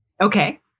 okay